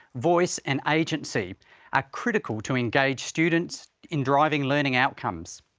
voice, and agency are critical to engage students in driving learning outcomes.